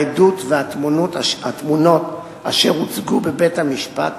העדות והתמונות אשר הוצגו בבית-המשפט,